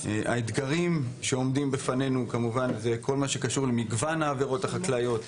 האתגרים שעומדים בפנינו זה כל מה שקשור למגוון העבירות החקלאיות,